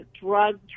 drug